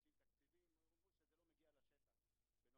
זה אמרתי,